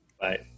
Bye